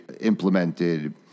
implemented